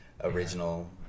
original